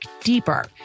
deeper